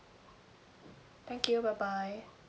thank you bye bye